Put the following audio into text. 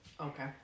Okay